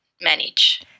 manage